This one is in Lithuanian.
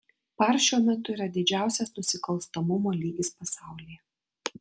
par šiuo metu yra didžiausias nusikalstamumo lygis pasaulyje